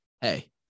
hey